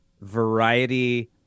variety